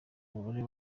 umubare